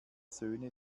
söhne